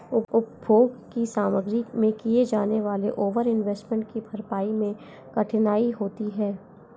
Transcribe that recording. उपभोग की सामग्री में किए जाने वाले ओवर इन्वेस्टमेंट की भरपाई मैं कठिनाई होती है